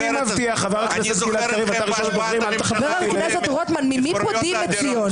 חבר הכנסת רוטמן, ממי פודים את ציון?